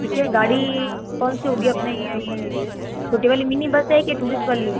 ठीक है गाड़ी कौन सी होगी अपनी ये छोटी वाली मिनी बस है कि टूरिस्ट वाली है